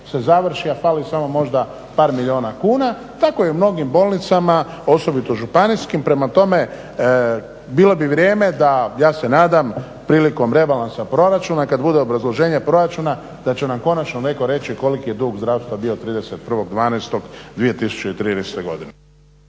se završi, a fali samo možda par milijuna kuna. Tako je u mnogim bolnicama, osobito županijskim. Prema tome, bilo bi vrijeme da ja se nadam prilikom rebalansa proračuna kad bude obrazloženje proračuna da će nam konačno netko reći koliki je dug zdravstva bio 31.12.2013. godine.